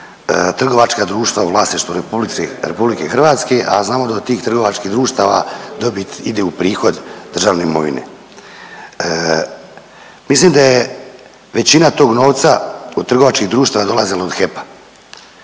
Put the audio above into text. trgovačka društva u vlasništvu RH, a znamo da tih trgovačkih društava dobit ide u prihod državne imovine. Mislim da je većina tog novca od trgovačkih društava dolazila od HEP-a,